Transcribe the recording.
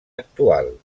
actual